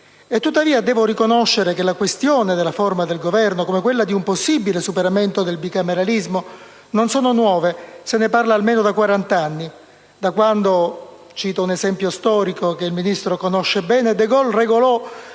Tuttavia, devo riconoscere che la questione della forma di Governo, come quella di un possibile superamento del bicameralismo, non sono nuove. Se ne parla, infatti, almeno da quarant'anni, da quando - cito un esempio storico che il Ministro conosce bene - De Gaulle regolò